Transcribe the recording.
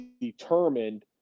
determined